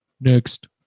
next